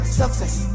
success